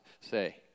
say